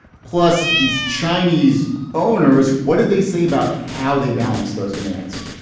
plus, these chinese owners, what did they say about how they balance those demands?